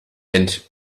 and